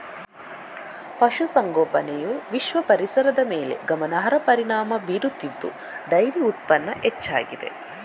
ಪಶು ಸಂಗೋಪನೆಯು ವಿಶ್ವ ಪರಿಸರದ ಮೇಲೆ ಗಮನಾರ್ಹ ಪರಿಣಾಮ ಬೀರುತ್ತಿದ್ದು ಡೈರಿ ಉತ್ಪನ್ನ ಹೆಚ್ಚಾಗಿದೆ